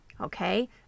okay